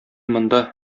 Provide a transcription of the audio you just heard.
монда